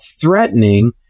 threatening